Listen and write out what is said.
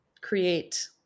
create